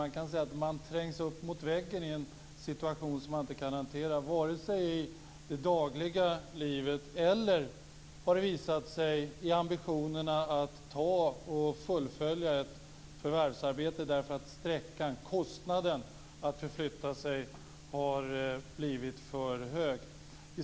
De kan sägas bli uppträngda mot väggen i en situation som de inte kan hantera, varken i det dagliga livet eller, som det har visat sig, i sina ambitioner att ta eller fullfölja ett förvärvsarbete, därför att resekostnaderna har blivit för höga.